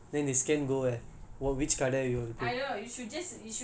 so I will just get myself the Q_R code the the bar